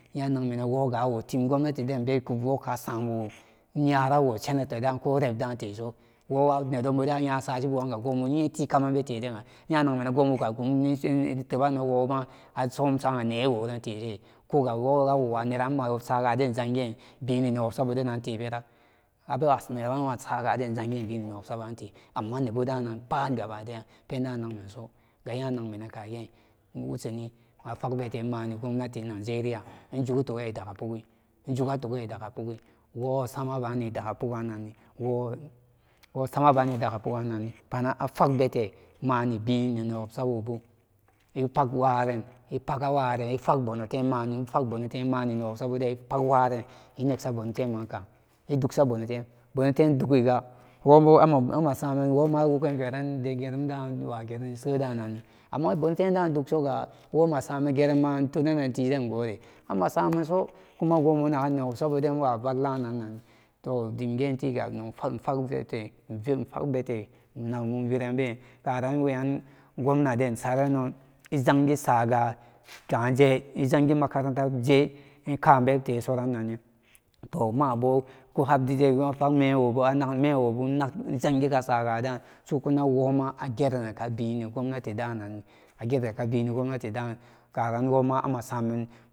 Yanagmenen wóóga akunago tim gobnatin denbe ikonwob assowo iyarawo sanetada ko reps da teso wóó nedon buden ayasasu buga góóbuga góóbu yeti kamen yanag menen góóbuganni sai iteban asum sáán mewoburen isagaden jange newobsa budan awawo nedentebera abewaneran asagaden jange bi newob sabo dennamte amman ne bu dannan pat gaba daya pendan nagmenso gaya nagmenen kagige pandan yanagmenen kage wosani afag bete mani gobnatin nageriya ijugutuge daka sari ijuga tuge daka póógi wosamaba nni adakka póóganni wóó samabani new obsawobu ipagwaren ipaga waren ifag bonotemmani ifagbonotemmami newobsa buden inegsa bonotemdani ifagbonotem mani newobsanabuden ipagwaren ineg sa bonotem bono tem dugiga wóóbo a samen woma wogan veran gerum agerani amma bonotemda dugsoga samen gerenni yenenanni kuma gobunangande gore ama samenso kuma gobunangan neba iwavalla nanan gobunagan nebudan iwa valla nanan toh dim getiga ifagbete ifag bete inag bete ivi infagbete mamum viranbe karan weyan gomnaden saren ijangi saga kage izangi makarantade ikabebtesoranni toh mabo kuhabdise mewobu inag mewobu inag zangika saga sukanag woma agerenenbini gobnati dan nan agere bini gobnatidan karan woma amasamen.